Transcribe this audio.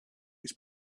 its